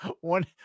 One